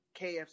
KFC